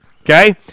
okay